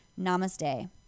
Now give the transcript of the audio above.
Namaste